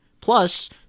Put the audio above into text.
Plus